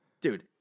dude